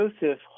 Joseph